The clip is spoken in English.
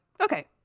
okay